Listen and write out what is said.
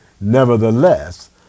Nevertheless